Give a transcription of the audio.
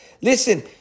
listen